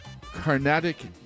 Carnatic